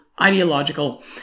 ideological